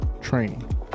training